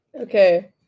Okay